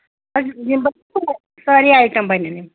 سٲری اَیٹم بَنَن یِم